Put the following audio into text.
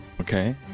okay